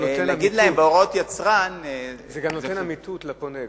להגיד להם בהוראות יצרן, זה גם נותן אמיתות לפונה.